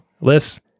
Liz